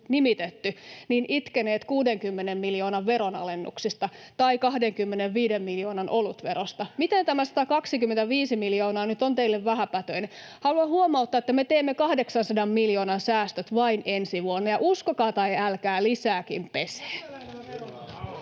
itkeneet 60 miljoonan veronalennuksista tai 25 miljoonan olutverosta. Miten tämä 125 miljoonaa nyt on teille vähäpätöinen? Haluan huomauttaa, että me teemme 800 miljoonan säästöt vain ensi vuonna. Ja uskokaa tai älkää, lisääkin pesee.